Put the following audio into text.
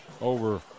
over